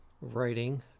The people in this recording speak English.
writing